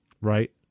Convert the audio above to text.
right